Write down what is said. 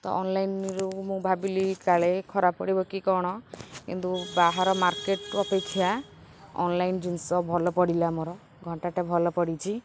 ତ ଅନ୍ଲାଇନ୍ରୁ ମୁଁ ଭାବିଲି କାଳେ ଖରାପ ପଡ଼ିବ କି କ'ଣ କିନ୍ତୁ ବାହାର ମାର୍କେଟ୍ ଅପେକ୍ଷା ଅନ୍ଲାଇନ୍ ଜିନିଷ ଭଲ ପଡ଼ିଲା ମୋର ଘଣ୍ଟାଟେ ଭଲ ପଡ଼ିଛି